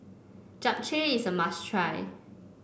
japchae is a must try